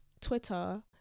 Twitter